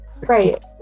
right